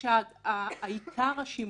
עלה עכשיו פוסט ב-wenchy works,